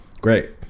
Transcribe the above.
Great